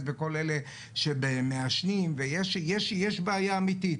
בכוח בכל אלה שמעשנים יש בעיה אמיתית.